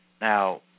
Now